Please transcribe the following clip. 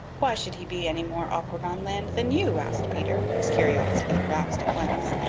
why should he be any more awkward on land then you? asked peter, his curiosity aroused at once.